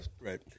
right